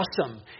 awesome